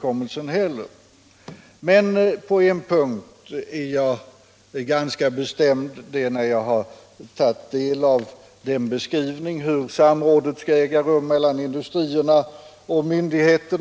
På en punkt är jag emellertid ganska bestämd, nämligen efter att ha tagit del av beskrivningen av hur samrådet skall äga rum mellan industrier och - Nr 47 myndigheter.